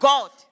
God